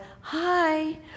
hi